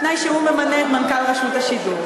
בתנאי שהוא ממנה את מנכ"ל רשות השידור.